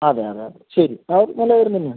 അതെ അതെ അതെ ശരി കായ് നല്ലത് വരുന്നത് തന്നെയാണ്